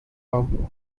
bump